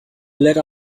ladder